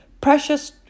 Precious